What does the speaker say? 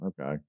Okay